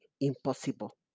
impossible